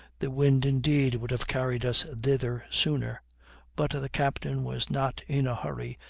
the wind, indeed, would have carried us thither sooner but the captain was not in a hurry,